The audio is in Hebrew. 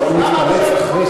למה עכשיו החוק הזה?